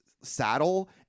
saddle